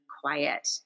quiet